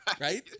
right